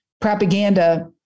propaganda